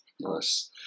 Nice